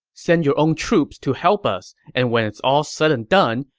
send your own troops to help us, and when it's all said and done,